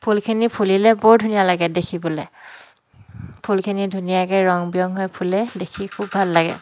ফুলখিনি ফুলিলে বৰ ধুনীয়া লাগে দেখিবলৈ ফুলখিনি ধুনীয়াকৈ ৰং বিৰং হৈ ফুলে দেখি খুব ভাল লাগে